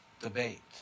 debate